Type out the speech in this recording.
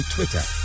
Twitter